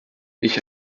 ich